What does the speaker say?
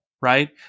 right